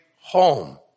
home